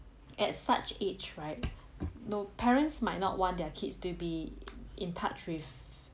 at such age right no parents might not want their kids to be in touch with